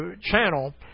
channel